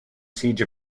siege